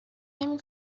نمی